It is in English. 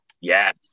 yes